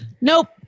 Nope